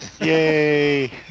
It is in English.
Yay